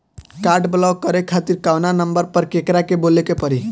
Card block करे खातिर कवना नंबर पर केकरा के बोले के परी?